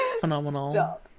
Phenomenal